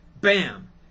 bam